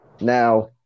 Now